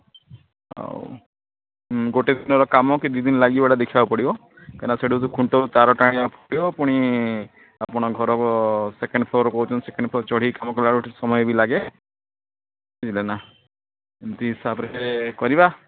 ଆଉ ଗୋଟେ ଦିନର କାମ କି ଦିନି ଲାଗିବ ଏଟା ଦେଖିବାକୁ ପଡ଼ିବ କାହିଁକି ନାଁ ସେଇଠୁ ଯଦି ଖୁଣ୍ଟ ତାର ଟାଣିବାକୁ ପଡ଼ିବ ପୁଣି ଆପଣ ଘରର ସେକେଣ୍ଡ୍ ଫ୍ଲୋର୍ କହୁଛନ୍ତି ସେକେଣ୍ଡ୍ ଫ୍ଲୋର୍ ଚଢ଼ିକି କାମ କଲା ବେଳକୁ ସମୟ ବି ଲାଗେ ବୁଝିଲେ ନା ଏମିତି ହିସାବରେ କରିବା